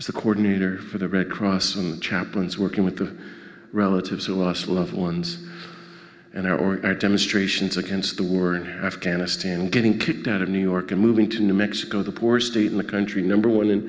the coordinator for the red cross and chaplains working with the relatives who lost loved ones and are or are demonstrations against the war in afghanistan getting kicked out of new york and moving to new mexico the poorest state in the country number one